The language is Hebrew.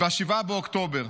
ב-7 באוקטובר.